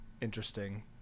interesting